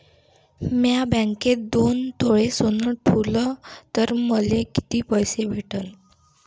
म्या बँकेत दोन तोळे सोनं ठुलं तर मले किती पैसे भेटन